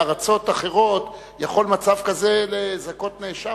בארצות אחרות מצב כזה יכול גם לזכות נאשם,